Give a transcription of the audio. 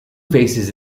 faces